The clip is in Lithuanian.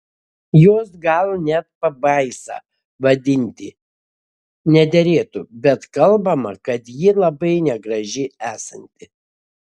jos gal net pabaisa vadinti nederėtų bet kalbama kad ji labai negraži esanti